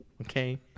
okay